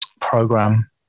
program